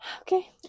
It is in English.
Okay